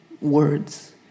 words